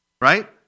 right